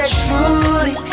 truly